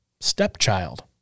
stepchild